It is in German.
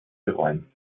bereuen